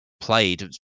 played